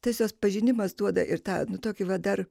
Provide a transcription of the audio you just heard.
tiesiog pažinimas duoda ir tą nu tokį va dar